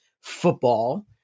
football